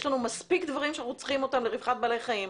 יש לנו מספיק דברים שאנחנו צריכים אותם לרווחת בעלי חיים,